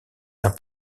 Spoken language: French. d’un